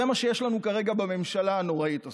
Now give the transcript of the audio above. זה מה שיש לנו כרגע בממשלה הנוראית הזאת.